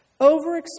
Overexposure